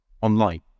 online